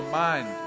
mind